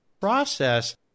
process